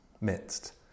midst